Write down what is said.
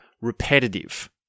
repetitive